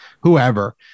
whoever